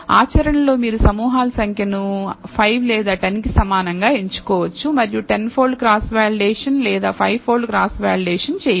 ఆచరణలో మీరు సమూహాల సంఖ్యను 5 లేదా 10 కి సమానం గా ఎంచుకోవచ్చు మరియు 10 పోల్డ్ క్రాస్ వాలిడేషన్ లేదా 5 పోల్డ్ క్రాస్ వాలిడేషన్ చేయండి